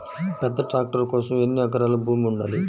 పెద్ద ట్రాక్టర్ కోసం ఎన్ని ఎకరాల భూమి ఉండాలి?